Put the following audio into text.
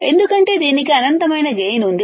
ఎందుకంటే దీనికి అనంతమైన గైన్ ఉంది